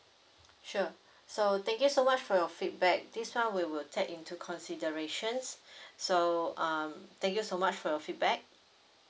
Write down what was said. sure so thank you so much for your feedback this one we would take into considerations so um thank you so much for your feedback